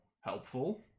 helpful